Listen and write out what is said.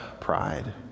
Pride